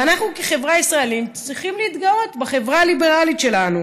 ואנחנו כחברה ישראלית צריכים להתגאות בחברה הליברלית שלנו